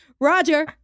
roger